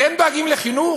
אתם דואגים לחינוך?